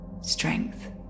strength